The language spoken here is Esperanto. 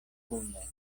kune